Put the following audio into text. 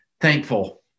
Thankful